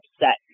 upset